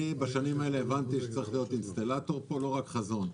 בשנים האלה הבנתי שצריך להיות אינסטלטור פה ולא רק בעל חזון.